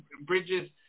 Bridges